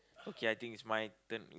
okay I think it's my turn